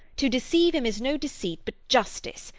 to deceive him is no deceit, but justice,